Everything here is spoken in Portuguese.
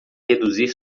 reduzir